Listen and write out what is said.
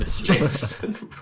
James